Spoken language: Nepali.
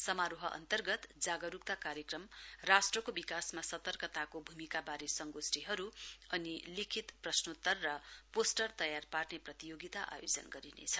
समारोह अन्तर्गत जागरुकता कार्यक्रम राष्ट्रको विकासमा सतर्कताको भूमिकावारे संगोस्टिहरु अनि लिखित प्रश्नोत्तर र पोस्टर तयार पार्ने प्रतियोगिता आयोजन गरिनेछ